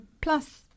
plus